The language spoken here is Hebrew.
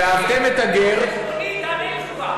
אלו דברי תורה.